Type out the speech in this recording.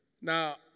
Now